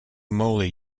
moly